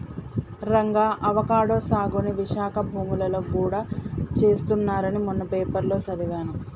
Ranga avocado సాగుని విశాఖ భూములలో గూడా చేస్తున్నారని మొన్న పేపర్లో సదివాను